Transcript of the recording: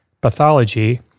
pathology